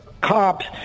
cops